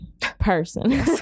person